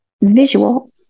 visual